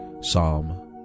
Psalm